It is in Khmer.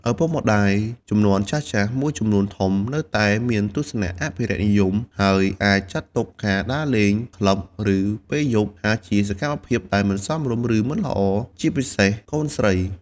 ឪពុកម្តាយជំនាន់ចាស់ៗមួយចំនួនធំ នៅតែមានទស្សនៈ អភិរក្សនិយម ហើយអាចចាត់ទុកការដើរលេងក្លឹប ឬពេលយប់ថាជាសកម្មភាពដែល មិនសមរម្យ ឬ មិនល្អ ជាពិសេសកូនស្រី ។